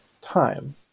time